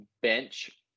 bench